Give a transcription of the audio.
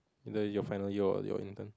and then your final or your or your intern